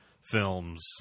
films